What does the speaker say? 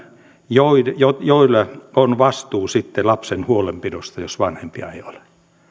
joilla joilla on vastuu sitten lapsen huolenpidosta jos vanhempia ei ole